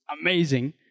amazing